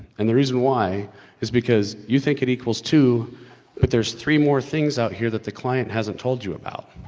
and the reason why is because you think it equals two but there's three more things out here that the client hasn't told you about.